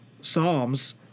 Psalms